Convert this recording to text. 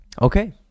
okay